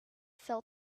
fell